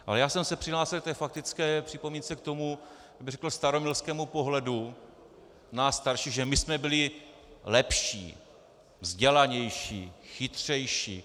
Ale já jsem se přihlásil k faktické připomínce k tomu staromilskému pohledu nás starších, že my jsme byli lepší, vzdělanější, chytřejší.